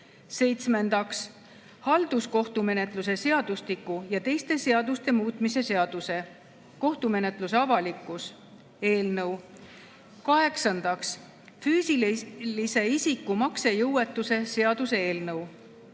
Seitsmendaks, halduskohtumenetluse seadustiku ja teiste seaduste muutmise seaduse (kohtumenetluse avalikkus) eelnõu. Kaheksandaks, füüsilise isiku maksejõuetuse seaduse eelnõu.